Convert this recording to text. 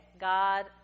God